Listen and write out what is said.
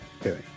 Okay